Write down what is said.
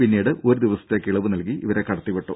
പിന്നീട് ഒരു ദിവസത്തേക്ക് ഇളവ് നൽകി ഇവരെ കടത്തി വിട്ടു